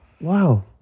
wow